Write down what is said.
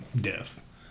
death